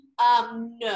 No